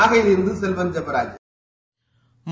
நாகையிலிருந்து Selvan Jebaraj